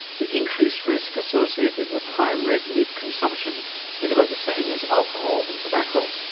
the increased risk associated with high red meat consumption is about the same as alcohol and tobacco.